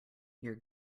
your